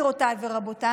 גבירותיי ורבותיי,